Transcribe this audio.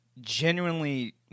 genuinely